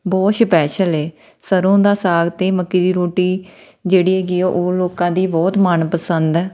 ਬਹੁਤ ਸਪੈਸ਼ਲ ਹੈ ਸਰੋਂ ਦਾ ਸਾਗ ਅਤੇ ਮੱਕੀ ਦੀ ਰੋਟੀ ਜਿਹੜੀ ਹੈਗੀ ਉਹ ਲੋਕਾਂ ਦੀ ਬਹੁਤ ਮਨਪਸੰਦ